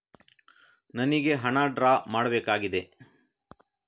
ನನಿಗೆ ಹಣ ಡ್ರಾ ಮಾಡ್ಬೇಕಾಗಿದೆ